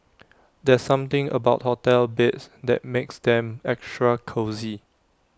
there's something about hotel beds that makes them extra cosy